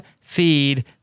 feed